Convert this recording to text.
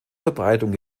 verbreitung